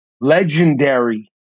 legendary